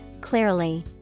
clearly